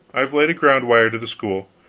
i have laid a ground wire to the school.